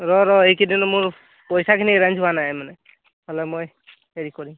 ৰ ৰ এইকেইদিন মোৰ পইচাখিনি এৰেঞ্জ হোৱা নাই মানে হ'লে মই হেৰি কৰিম